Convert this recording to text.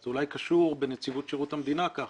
זה אולי קשור בנציבות שירות המדינה כך